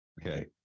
okay